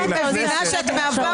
היושב-ראש,